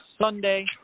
Sunday